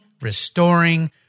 Restoring